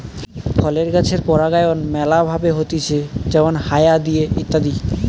ফলের গাছের পরাগায়ন ম্যালা ভাবে হতিছে যেমল হায়া দিয়ে ইত্যাদি